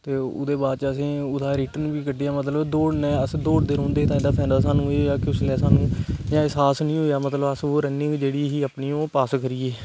ते ओहदे बाद च आसें ओहदा रिटन बी कड्ढेआ मतलब दौड़ने च अस दौड़दे रौहदे ते ओहदा फायदा सानू ओह् होया कि उसले सानू एह् एहसासा नेईं होआ मतलब अस ओह् रन्निंग जेहड़ी ही मतलब ओह् पास करी गे